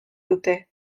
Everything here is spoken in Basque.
dute